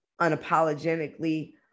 unapologetically